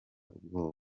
ubwoba